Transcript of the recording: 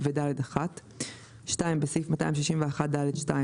(ד) ו-(ד1)"; (2)בסעיף 261(ד)(2),